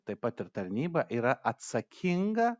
taip pat ir tarnyba yra atsakinga